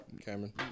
Cameron